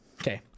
okay